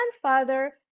grandfather